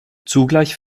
zugleich